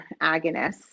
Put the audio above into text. agonists